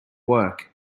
work